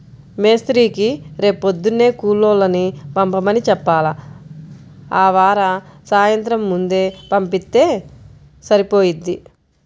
మేస్త్రీకి రేపొద్దున్నే కూలోళ్ళని పంపమని చెప్పాల, ఆవార సాయంత్రం ముందే పంపిత్తే సరిపోయిద్ది